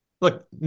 Look